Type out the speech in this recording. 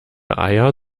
eier